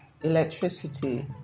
Electricity